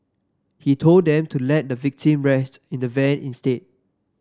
he told them to let the victim rest in the van instead